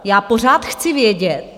Já pořád chci vědět...